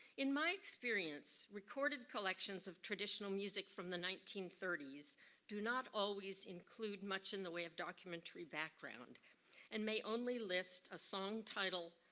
in my experience, recorded collections of traditional music from the nineteen thirty s do not always include much in the way of documentary background and may only list a song title,